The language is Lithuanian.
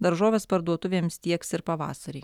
daržoves parduotuvėms tieks ir pavasarį